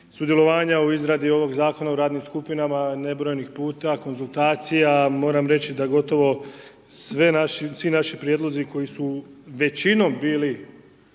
sudjelovanja u izradi ovog zakona u radnim skupinama, nebrojenih puta, konzultacija, moram reći da gotovo svi naši prijedlozi, koji su većinom bili